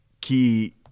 key